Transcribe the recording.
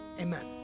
amen